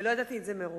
ולא ידעתי את זה מראש.